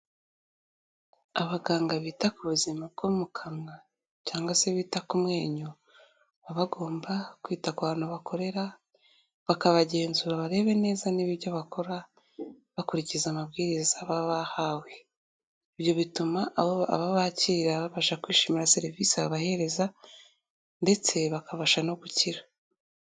Abaganga bita ku buzima bwo mu kanwa cyangwa se bita ku menyo, baba bagomba kwita ku bantu bakorera, bakabagenzura barebe neza niba ibyo bakora bakurikiza amabwiriza baba bahawe. Ibyo bituma abo bakira babasha kwishimira serivisi babahereza ndetse bakabasha no gukira.